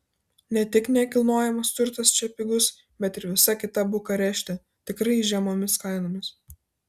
ne tik nekilnojamas turtas čia pigus bet ir visa kita bukarešte tikrai žemomis kainomis